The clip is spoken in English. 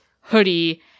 hoodie